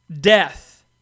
death